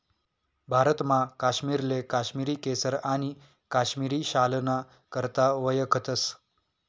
भारतमा काश्मीरले काश्मिरी केसर आणि काश्मिरी शालना करता वयखतस